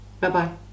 Bye-bye